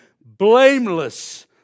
blameless